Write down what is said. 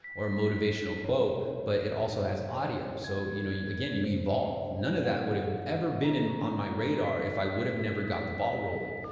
or a motivational quote, but it also has audio. so you know again, you evolve. none of that would have ever been in on my radar if i would have never got the ball rolling.